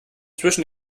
zwischen